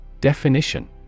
Definition